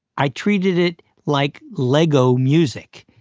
i treated it like lego music.